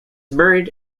buried